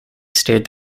steered